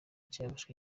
cyafashe